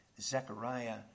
Zechariah